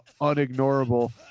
unignorable